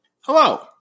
Hello